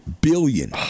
billion